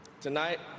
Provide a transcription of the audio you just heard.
Tonight